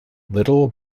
little